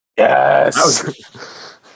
Yes